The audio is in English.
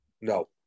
No